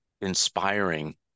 inspiring